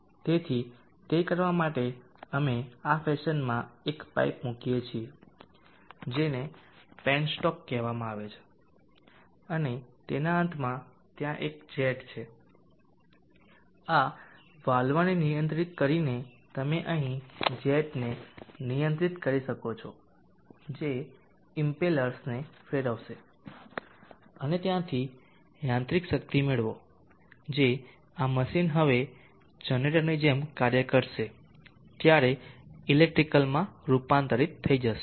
તેથી તે કરવા માટે અમે આ ફેશનમાં એક પાઇપ મૂકીએ છીએ આને પેનોસ્ટક કહેવામાં આવે છે અને તેના અંતમાં ત્યાં એક જેટ છે આ વાલ્વને નિયંત્રિત કરીને તમે અહીં જેટને નિયંત્રિત કરી શકો છો જે ઇમ્પેલર્સને ફેરવશે અને ત્યાંથી યાંત્રિક શક્તિ મેળવો જે આ મશીન હવે જનરેટરની જેમ કાર્ય કરશે ત્યારે ઇલેક્ટ્રિકલમાં રૂપાંતરિત થઈ જશે